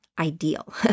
ideal